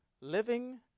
living